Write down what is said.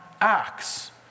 acts